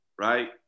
right